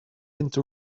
into